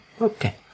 Okay